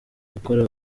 gukora